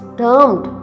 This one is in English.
termed